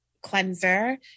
cleanser